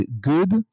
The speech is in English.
good